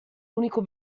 unico